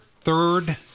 third